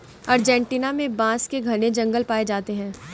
Argentina में बांस के घने जंगल पाए जाते हैं